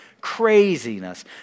Craziness